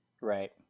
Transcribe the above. Right